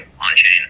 on-chain